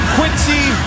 Quincy